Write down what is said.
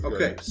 Okay